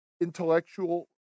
intellectual